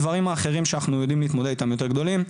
הדברים האחרים שאנחנו יודעים להתמודד איתם הם יותר גדולים.